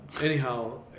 Anyhow